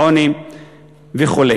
עוני וכו'.